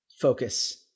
focus